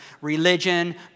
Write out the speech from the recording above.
religion